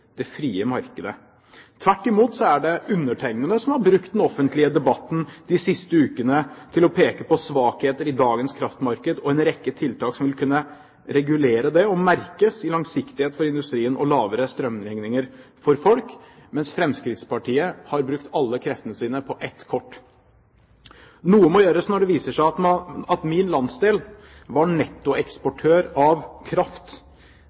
det frie markedet. Tvert imot, det er undertegnede som i den offentlige debatten de siste ukene har pekt på svakheter i dagens kraftmarked, og som har pekt på en rekke tiltak som vil kunne regulere markedet, tiltak som også vil kunne merkes når det gjelder langsiktighet for industrien og lavere strømregninger for folk – mens Fremskrittspartiet har brukt alle kreftene sine på ett kort. Noe må gjøres når det har vist seg at min landsdel var nettoeksportør av kraft